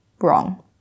Wrong